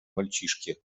мальчишке